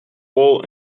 all